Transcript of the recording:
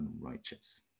unrighteous